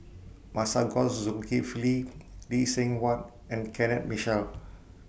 Masagos Zulkifli Lee Seng Huat and Kenneth Mitchell